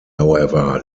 however